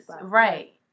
right